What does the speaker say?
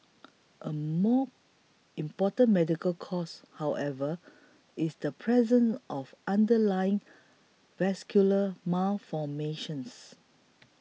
a more important medical cause however is the presence of underlying vascular malformations